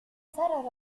sarah